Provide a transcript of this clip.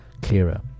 Clearer